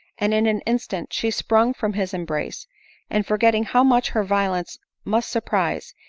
and in an instant she sprung from his embrace and for getting how much her violence must surprise,